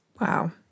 Wow